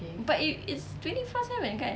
but it is twenty four seven kan